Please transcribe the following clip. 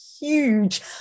huge